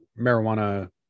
marijuana